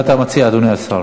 מה אתה מציע, אדוני השר?